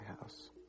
house